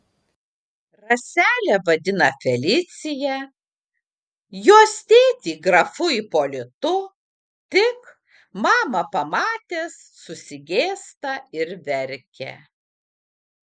raselę vadina felicija jos tėtį grafu ipolitu tik mamą pamatęs susigėsta ir verkia